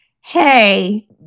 hey